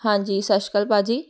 ਹਾਂਜੀ ਸਤਿ ਸ਼੍ਰੀ ਅਕਾਲ ਭਾਅ ਜੀ